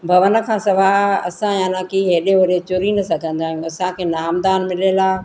भवन खां सवाइ असां हांलाकि हेॾे होॾे चुरी न सघंदा आहियूं असांखे नामदान मिलियलु आहे